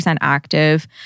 active